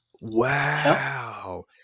Wow